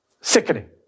sickening